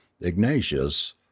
Ignatius